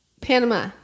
Panama